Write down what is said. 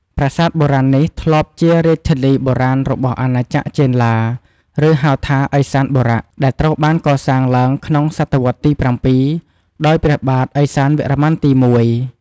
ប្រាសាទបុរាណនេះធ្លាប់ជារាជធានីបុរាណរបស់អាណាចក្រចេនឡា ឬហៅថា ឥសានបុរៈ ដែលត្រូវបានកសាងឡើងក្នុងសតវត្សរ៍ទី៧ ដោយព្រះបាទឥសានវរ្ម័នទី១។